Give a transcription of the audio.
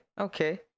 Okay